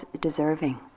deserving